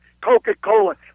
Coca-Cola